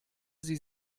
sie